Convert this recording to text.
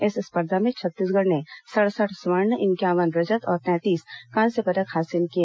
इस स्पर्धा में छत्तीसगढ़ ने सड़सठ स्वर्ण इंक्यावन रजत और तैंतीस कांस्क पदक हासिल किए